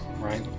right